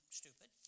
stupid